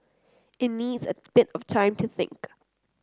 it needs a bit of time to think